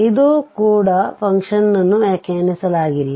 ಅದು ಕೂಡ ಫಂಕ್ಷನ್ ನ್ನು ವ್ಯಾಖ್ಯಾನಿಸಲಾಗಿಲ್ಲ